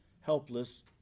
helpless